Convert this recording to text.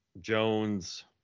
Jones